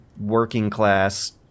working-class